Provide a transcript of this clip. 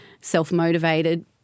self-motivated